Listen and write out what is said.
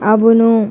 అవును